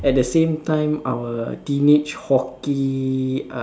at the same time our teenage hockey uh